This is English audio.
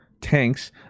tanks